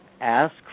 ask